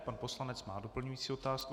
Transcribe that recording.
Pan poslanec má doplňující otázku.